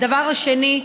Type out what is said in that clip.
הדבר השני,